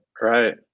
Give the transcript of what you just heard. right